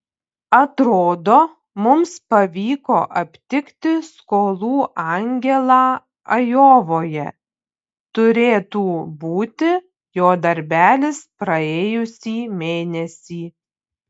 atrodo mums pavyko aptikti skolų angelą ajovoje turėtų būti jo darbelis praėjusį mėnesį